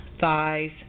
thighs